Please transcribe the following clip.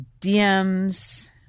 DMs